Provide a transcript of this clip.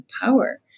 power